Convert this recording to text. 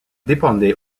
dépendait